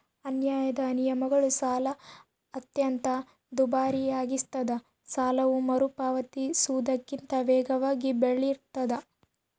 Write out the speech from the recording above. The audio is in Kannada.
ಅನ್ಯಾಯದ ನಿಯಮಗಳು ಸಾಲ ಅತ್ಯಂತ ದುಬಾರಿಯಾಗಿಸ್ತದ ಸಾಲವು ಮರುಪಾವತಿಸುವುದಕ್ಕಿಂತ ವೇಗವಾಗಿ ಬೆಳಿತಿರ್ತಾದ